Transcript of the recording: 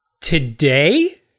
Today